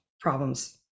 problems